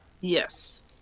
Yes